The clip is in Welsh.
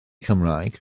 cymraeg